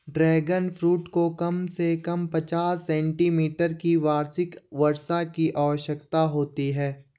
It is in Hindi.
ड्रैगन फ्रूट को कम से कम पचास सेंटीमीटर की वार्षिक वर्षा की आवश्यकता होती है